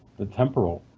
the temporal